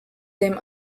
dem